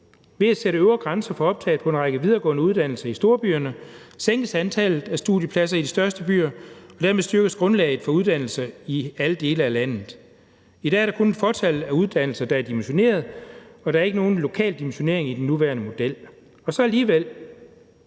Ved at sætte en øvre grænse for optaget på en række videregående uddannelser i storbyerne sænkes antallet af studiepladser i de største byer, og dermed styrkes grundlaget for uddannelse i alle dele af landet. I dag er der kun et fåtal af uddannelser, der er dimensioneret, og der er ikke nogen lokal dimensionering i den nuværende model – og så alligevel.